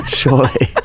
surely